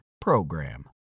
PROGRAM